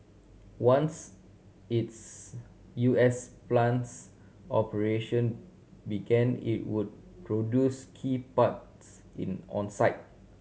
once its U S plant's operation began it would produce key parts in on site